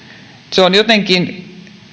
se on jotenkin